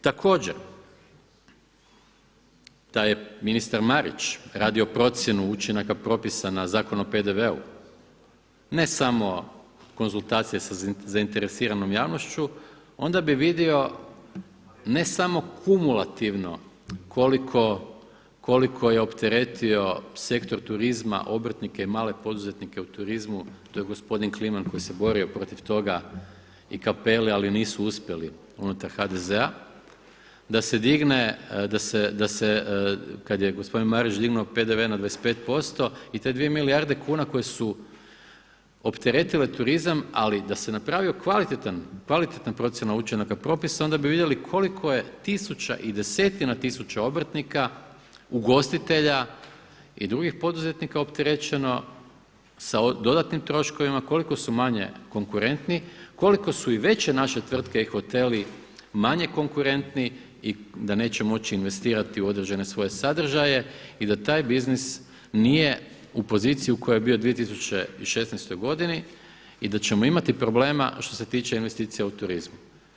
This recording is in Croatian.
Također da je ministar Marić radio procjenu učinaka propisa na Zakon o PDV-u, ne samo konzultacije sa zainteresiranom javnošću onda bi vidio ne samo kumulativno koliko je opteretio sektor turizma, obrtnike, male poduzetnike u turizmu, to je gospodin Kliman koji se borio protiv toga i CAppelli ali nisu uspjeli unutar HDZ-a da se kada je gospodin Marić dignuo PDV na 25% i te dvije milijarde kuna koje su opteretile turizam ali da se napravila kvalitetna procjena učinka propisa onda bi vidjeli koliko je tisuća i desetina tisuća obrtnika ugostitelja i drugih poduzetnika opterećeno sa dodatnim troškovima, koliko su manje konkurentni, koliko su veće naše tvrtke i hoteli manje konkurentni i da neće moći investirati u određene svoje sadržaje i da taj biznis nije u poziciji u kojoj je bio u 2016. godini i da ćemo imati problema što se tiče investicija u turizmu.